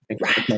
Right